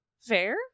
Fair